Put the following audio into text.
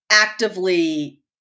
actively